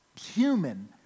human